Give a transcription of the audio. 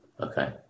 okay